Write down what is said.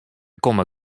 komme